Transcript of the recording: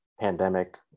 pandemic